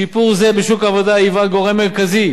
שיפור זה בשוק העבודה היווה גורם מרכזי